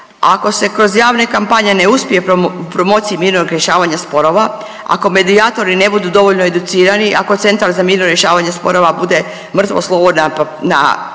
Ako se kroz javne kampanje ne uspije u promociji mirnog rješavanja sporova, ako medijatori ne budu dovoljno educirani, ako Centar za mirno rješavanje sporova bude mrtvo slovo na